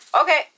Okay